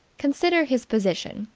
consider his position,